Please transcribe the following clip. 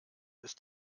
ist